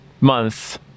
month